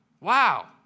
wow